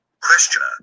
Questioner